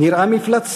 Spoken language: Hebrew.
/ נראה מפלצתי,